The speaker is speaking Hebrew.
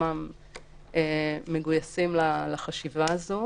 עצמם מגויסים לחשיבה הזו.